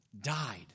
died